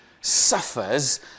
suffers